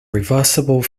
reversible